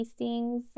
tastings